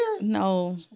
No